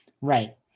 Right